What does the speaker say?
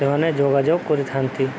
ସେମାନେ ଯୋଗାଯୋଗ କରିଥାନ୍ତି